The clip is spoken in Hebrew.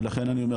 ולכן, אני אומר